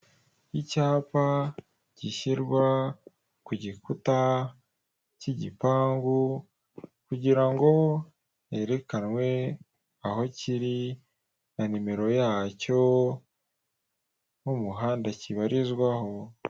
Icyapa gishyirwa ku gikuta cy'igipangu kugira herekanwe aho kiri na numero yacyo nk'umuhanda kibarizwaho.